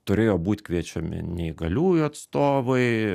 turėjo būt kviečiami neįgaliųjų atstovai